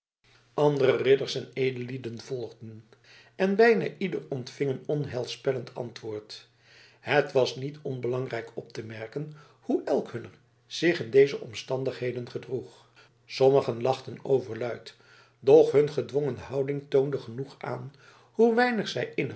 andere ridders en edellieden volgden en bijna ieder ontving een onheilspellend antwoord het was niet onbelangrijk op te merken hoe elk hunner zich in deze omstandigheid gedroeg sommigen lachten overluid doch hun gedwongen houding toonde genoeg aan hoe weinig zij innig